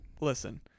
Listen